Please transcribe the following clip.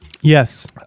Yes